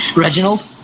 Reginald